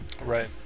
right